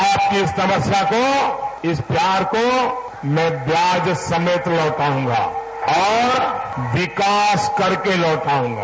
आपकी इस तपस्या को आपके प्यार को मैं ब्याज समेत लौटाऊगा और विकास करके लौटाऊगा